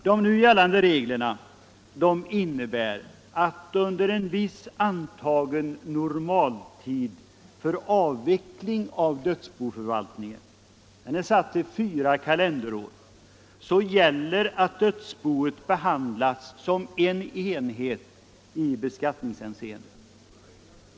De nu gällande reglerna innebär att under en viss väl tilltagen normaltid för avveckling av dödsboförvaltningen — den är satt till fyra kalenderår — gäller att dödsboet behandlas som en enhet i beskattningshänseende.